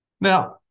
Now